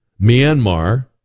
Myanmar